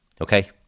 Okay